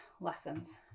lessons